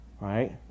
right